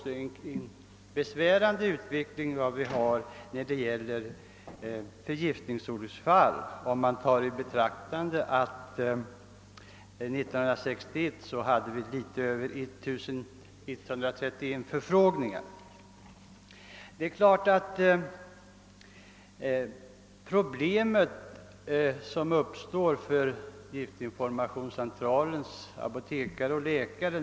År 1961 var antalet förfrågningar 1 131. Denna kraftiga ökning har givetvis lett till att det uppstått besvärande problem för = giftinformationscentralens apotekare och läkare.